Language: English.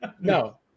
No